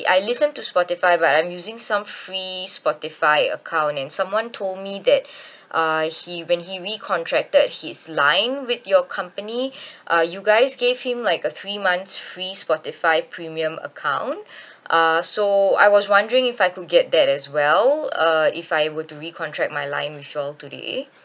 I listen to spotify but I'm using some free spotify account and someone told me that uh he when he recontracted his line with your company uh you guys gave him like a three months free spotify premium account uh so I was wondering if I could get that as well uh if I were to recontract my line with you all today